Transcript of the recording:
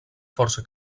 força